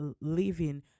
living